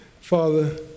Father